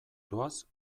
doaz